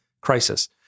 crisis